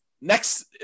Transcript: next